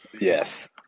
Yes